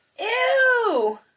ew